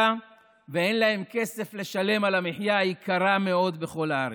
ואין להם כסף לשלם על המחיה היקרה מאוד בכל הארץ,